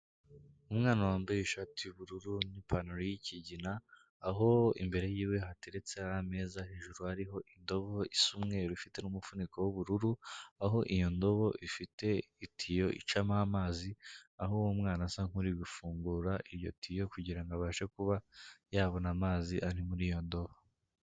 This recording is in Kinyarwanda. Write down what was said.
Umwana wambaye ishati y'ubururu, n'ipantaro y'ikigina, aho imbere yiwe hateretse ameza, hejuru hariho indobo isa umweru ifite n'umufuniko w'ubururu, aho iyo ndobo ifite itiyo icamo amazi, aho uwo mwana asa nk'uri gufungura iyo tiyo, kugira ngo abashe kuba yabona amazi ari muri iyo ndobo,